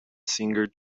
singer